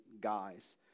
guys